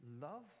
love